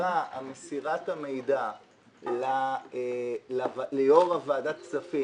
מסירת המידע ליושב-ראש הוועדה ליציבות פיננסית